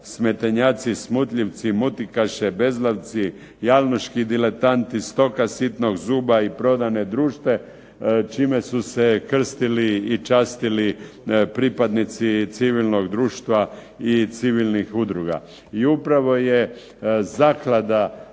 smetenjaci, smutljivci, mutikaše, bezglavci, diletanti, stoka sitnog zuba i prodane duše, čime su se krstili i častili pripadnici civilnog društva i civilnih udruga. I upravo je zaklada